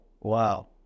Wow